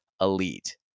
elite